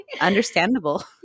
understandable